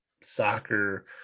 soccer